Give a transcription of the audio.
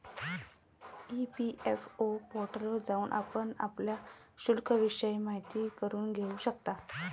EPFO पोर्टलवर जाऊन आपण आपल्या शिल्लिकविषयी माहिती करून घेऊ शकता